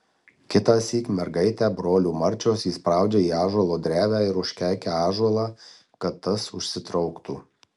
kitąsyk mergaitę brolių marčios įspraudžia į ąžuolo drevę ir užkeikia ąžuolą kad tas užsitrauktų